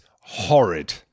horrid